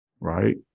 right